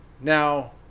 Now